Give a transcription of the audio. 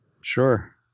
Sure